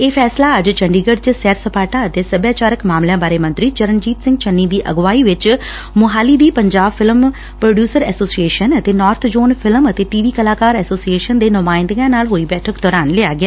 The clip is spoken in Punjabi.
ਇਹ ਫੈਸਲਾ ਅੱਜ ਚੰਡੀਗੜ੍ਹ ਚ ਸੈਰ ਸਪਾਟਾ ਅਤੇ ਸਭਿਆਚਾਰਕ ਮਾਮਲਿਆਂ ਬਾਰੇ ਮੰਤਰੀ ਚਰਨਜੀਤ ਸਿੰਘ ਚੰਨੀ ਦੀ ਅਗਵਾਈ ਵਿਚ ਮੁਹਾਲੀ ਦੀ ਪੰਜਾਬ ਫਿਲਮ ਪ੍ਰੋਡਿਉਸਰ ਐਸੋਸੀਏਸ਼ਨ ਅਤੇ ਨੋਰਥ ਜੋਨ ਫਿਲਮ ਅਤੇ ਟੀਵੀ ਕਲਾਕਾਰ ਐਸੋਸੀਏਸ਼ਨ ਨੁਮਾਇੰਦਿਆਂ ਨਾਲ ਹੋਈ ਬੈਠਕ ਦੌਰਾਨ ਲਿਆ ਗਿਆ